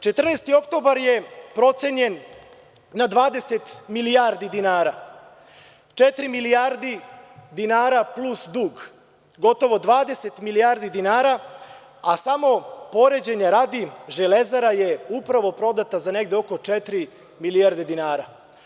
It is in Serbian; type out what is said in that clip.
Dakle, „14. oktobar“ je procenjen na 20 milijardi dinara, četiri milijarde dinara plus dug, gotovo 20 milijardi dinara, a samo poređenja radi Železara je upravo prodata za negde oko četiri milijarde dinara.